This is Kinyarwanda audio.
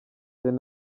gen